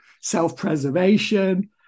self-preservation